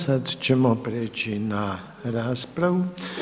Sada ćemo prijeći na raspravu.